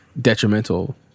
detrimental